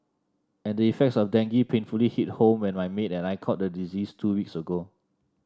and the effects of dengue painfully hit home when my maid and I caught the disease two weeks ago